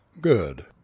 good